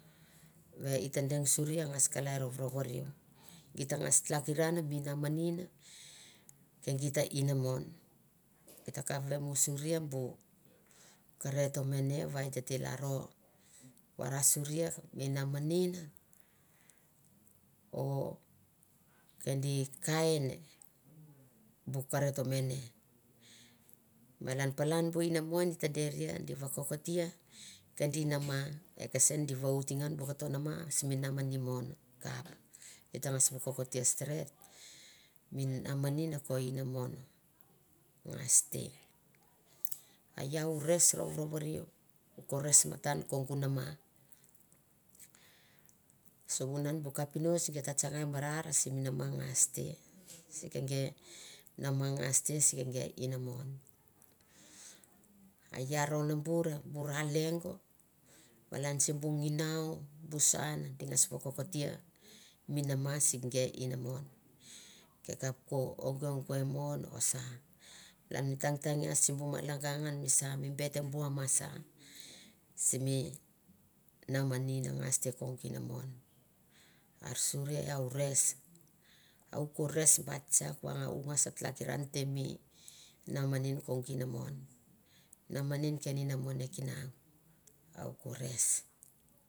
Ve i ta deny surie a ngas kalai norovoriu gita ngas tlakiran mi namanin kegit inamon gi ta kap vemusurie bu kareto mene va i tete lano vanasuria mi namanin o ke di kain bu kareto mene malan palan bu inamon ta deria de vakokotia kedi nama ekesen di vaoti angan bu kato nama simi namani mo kapa di ta ngas vakokotia stret mi nmanim ko inamon ngas te a iau u res rovrovoriue u ko res matan kongu nama suvunan rov kapinots die la tsana inamakokotia ra simi nama ngaste sf kegi nama ngas te si kegi inamon a i anone bure bu na lengo malan sibu nginou bu soan di agas vakokotia mi nama si kgie enamon ge kap ko onge onge mon or sa malan mi tang rangias sibu malaga ngan me sa bet e bua masa simi namania ngas te kong ina mon an suria iau u res a u res au ko res bait sak va u ngas makiran te me namanin kong inamon namanin ken inamon e kinang a u ko res